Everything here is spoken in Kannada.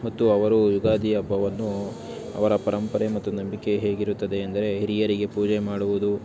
ಮತ್ತು ಅವರು ಯುಗಾದಿ ಹಬ್ಬವನ್ನು ಅವರ ಪರಂಪರೆ ಮತ್ತು ನಂಬಿಕೆ ಹೇಗಿರುತ್ತದೆ ಎಂದರೆ ಹಿರಿಯರಿಗೆ ಪೂಜೆ ಮಾಡುವುದು